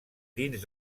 dins